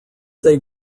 they